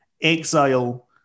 exile